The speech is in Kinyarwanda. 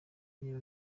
niba